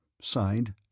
Signed